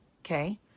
okay